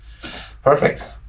Perfect